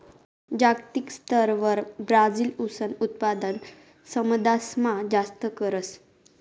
जागतिक स्तरवर ब्राजील ऊसनं उत्पादन समदासमा जास्त करस